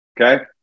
Okay